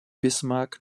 bismarck